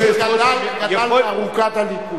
גדלנו בערוגת הליכוד.